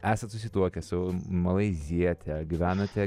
esat susituokę su malaiziete gyvenate